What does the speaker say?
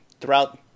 throughout –